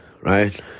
Right